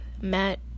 Matt